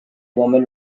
woman